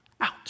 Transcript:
out